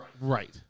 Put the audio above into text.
Right